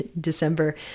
December